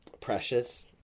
precious